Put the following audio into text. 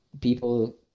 people